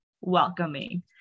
welcoming